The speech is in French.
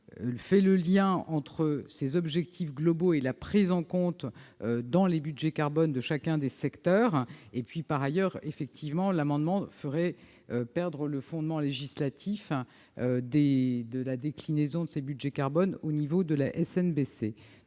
fait le lien entre ces objectifs globaux et la prise en compte dans les budgets carbone de chacun des secteurs. De plus, l'adoption de ces amendements ferait perdre le fondement législatif de la déclinaison de ces budgets carbone au niveau de la SNBC.